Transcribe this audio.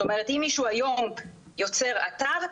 זאת אומרת אם מישהו היום יוצר אתר,